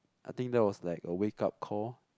I think that was like a wake up call